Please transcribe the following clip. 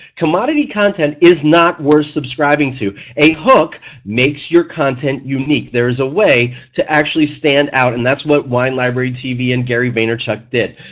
commodity content is not worth subscribing to a hook makes your content unique. there is a way to actually stand out and that's what wine library tv and gary vaynerchuk did.